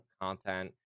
content